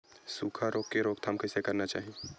सुखा रोग के रोकथाम कइसे करना चाही?